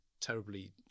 terribly